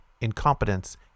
incompetence